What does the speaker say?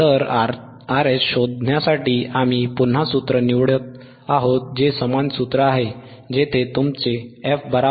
तर RH शोधण्यासाठी आम्ही पुन्हा सूत्र निवडत आहोत जे समान सूत्र आहे जेथे तुमचे f12πRC